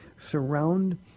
surround